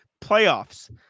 playoffs